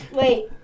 Wait